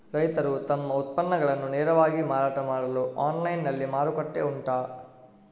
ರೈತರು ತಮ್ಮ ಉತ್ಪನ್ನಗಳನ್ನು ನೇರವಾಗಿ ಮಾರಾಟ ಮಾಡಲು ಆನ್ಲೈನ್ ನಲ್ಲಿ ಮಾರುಕಟ್ಟೆ ಉಂಟಾ?